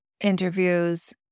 interviews